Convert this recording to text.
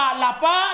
lapa